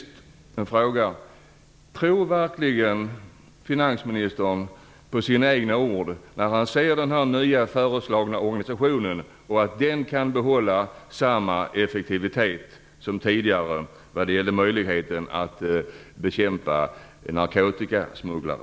Tror verkligen finansministern på sina egna ord, när han ser förslaget till den nya organisationen, att den kan behålla samma effektivitet som tidigare vad gäller möjligheten att bekämpa narkotikasmugglare?